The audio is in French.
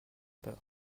peur